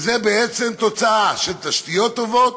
וזה בעצם תוצאה של תשתיות טובות